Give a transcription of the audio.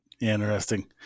Interesting